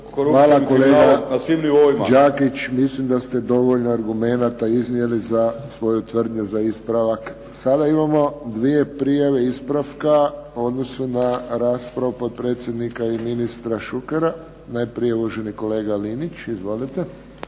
Hvala kolega Đakić, mislim da ste dovoljno argumenata iznijeli za ovu tvrdnju za ispravak. Sada imamo dvije prijave ispravka u odnosu na raspravu potpredsjednika i ministra Šukera. Najprije uvaženi kolega Linić. Izvolite.